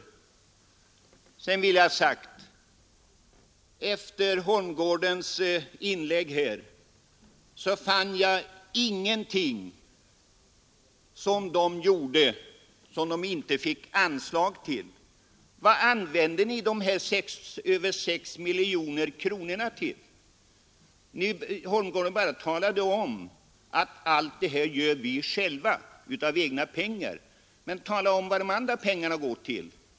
Efter herr Johanssons i Holmgården inlägg här fann jag att Svenska jägareförbundet inte gjorde någonting som de får anslag till, de har kostat på så gott som allt själva. Vartill använder ni de ca 6 miljoner kronor som ni får i anslag? Tala då om vart de pengarna går?